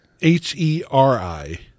H-E-R-I